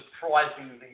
surprisingly